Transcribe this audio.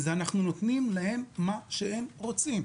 הכוונה שאנחנו נותנים להם מה שהם רוצים.